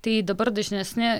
tai dabar dažnesni